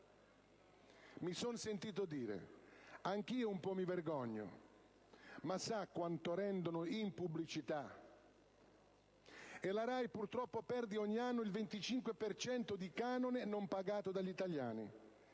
mi sono sentito dire: «Anch'io un po' mi vergogno, ma sa quanto rendono in pubblicità?» La RAI purtroppo perde ogni anno il 25 per cento di canone non pagato dagli italiani.